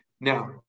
Now